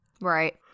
Right